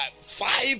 five